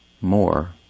more